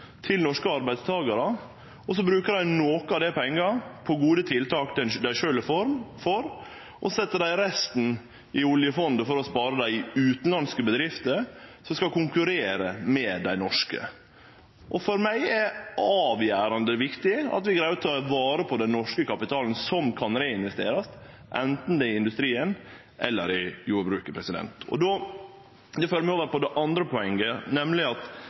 til norske arbeidstakarar. Så brukar dei noko av dei pengane til gode tiltak dei sjølve er for, og så set dei resten i oljefondet for å spare dei i utanlandske bedrifter, som skal konkurrere med dei norske. For meg er det avgjerande viktig at vi greier å ta vare på den norske kapitalen som kan reinvesterast, anten det er i industrien eller i jordbruket. Det fører meg over til det andre poenget, nemleg at